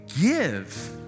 Give